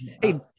Hey